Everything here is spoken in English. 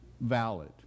valid